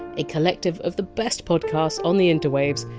a collective of the best podcasts on the interwaves,